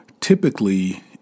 typically